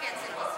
בקצב הזה.